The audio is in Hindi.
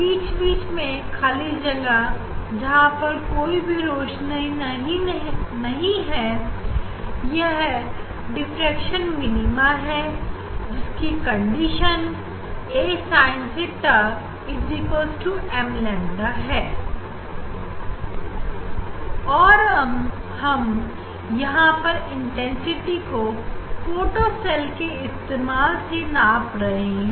बीच बीच में खाली जगह है जहां पर कोई भी रोशनी नहीं है यह डिफ्रेक्शन मिनीमा है जिनकी condition a sin theta m lambda है और हम यहां पर इंटेंसिटी को फोटो सेल के इस्तेमाल से नाप रहे हैं